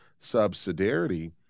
subsidiarity